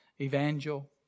evangel